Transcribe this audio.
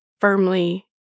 firmly